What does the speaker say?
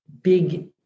big